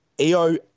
EO